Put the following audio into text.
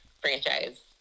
franchise